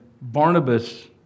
Barnabas